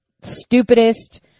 stupidest